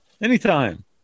anytime